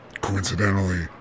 coincidentally